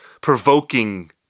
provoking